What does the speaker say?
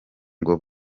ngo